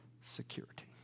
security